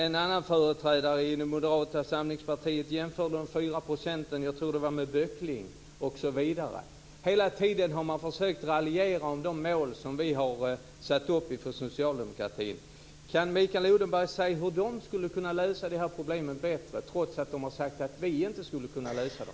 En annan företrädare för Moderata samlingspartiet jämförde de 4 procenten med böckling, osv. Hela tiden har man försökt att raljera om de mål som vi socialdemokrater har satt upp. Kan Mikael Odenberg säga hur moderaterna kan lösa problemen bättre? De har sagt ju att socialdemokraterna inte skulle kunna lösa dem.